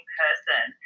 person